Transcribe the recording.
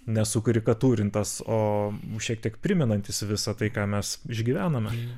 ne sukarikatūrintas o šiek tiek primenantis visa tai ką mes išgyvename